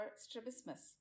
strabismus